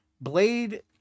blade